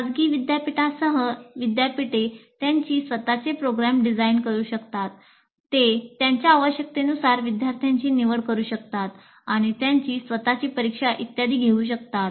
खाजगी विद्यापीठांसह विद्यापीठे त्यांचे स्वतःचे प्रोग्राम डिझाइन करू शकतात ते त्यांच्या आवश्यकतेनुसार विद्यार्थ्यांची निवड करू शकतात आणि त्यांची स्वतःची परीक्षा इत्यादी घेऊ शकतात